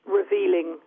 revealing